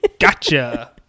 Gotcha